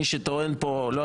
מי שטוען פה לא יודע.